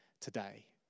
today